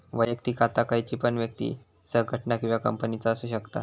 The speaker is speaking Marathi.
वैयक्तिक खाता खयची पण व्यक्ति, संगठना किंवा कंपनीचा असु शकता